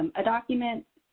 um a document